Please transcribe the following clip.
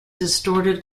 distorted